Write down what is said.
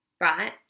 right